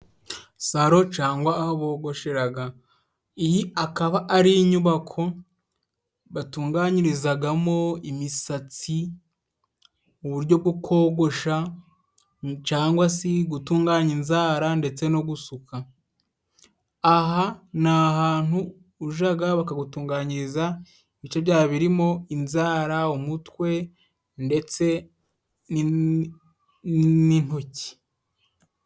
Salo cyangwa aho bogosheraga. Iyi akaba ari inyubako batunganyirizagamo imisatsi uburyo bwo kogosha cyangwa se gutunganya inzara ndetse no gusuka. Aha ni ahantu ujaga bakagutunganyiriza ibice byawe birimo inzara, umutwe, ndetse n'intoki.